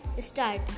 start